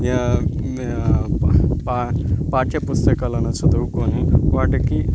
పాఠ్యపుస్తకాలను చదువుకొని వాటికి